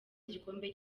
igikombe